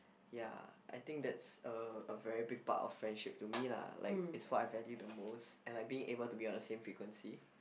ya I think that's a a very big part of friendship to me lah like it's what I value the most and like being able to be on the same frequency